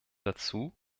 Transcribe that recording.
dazu